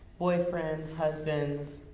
boyfriends, husbands,